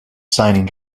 signing